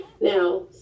Now